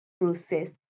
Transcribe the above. process